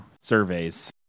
surveys